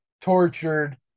tortured